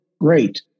great